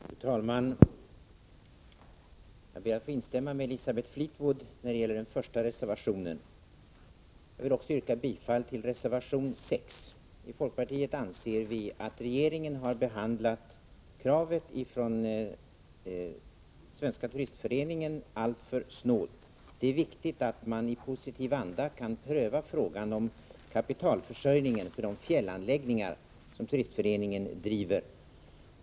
Fru talman! Jag ber att få instämma med Elisabeth Fleetwood när det gäller den första reservationen. Jag vill också yrka bifall till reservation 6. I folkpartiet anser vi att regeringen har behandlat kravet från Svenska turistföreningen alltför snålt. Det är viktigt att man i positiv anda kan pröva frågan om kapitalförsörjningen för de fjällanläggningar som Turistföreningen driver.